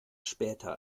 später